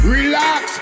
Relax